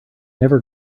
never